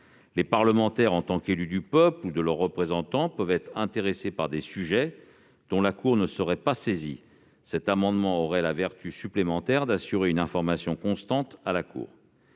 Les parlementaires, en tant qu'élus du peuple ou de leurs représentants, peuvent s'intéresser à des sujets dont la Cour ne serait pas saisie. L'adoption de cet amendement aurait la vertu supplémentaire d'assurer une information constante à la Cour.